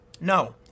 No